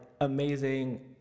amazing